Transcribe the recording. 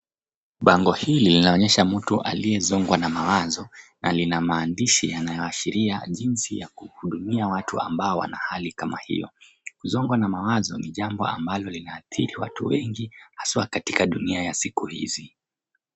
Bango hili linaonyesha mtu aliyozongwa na mawazo na lina maandishi yanayoashiria jinsi ya kuhudumia watu ambao wana hali kama hio. Kuzongwa na mawazo ni jambo ambalo linaathiri watu wengi haswa katika dunia ya siku hizi.